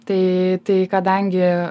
tai tai kadangi